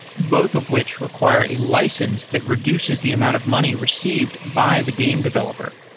both of which require a license that reduces the amount of money received by the game developer.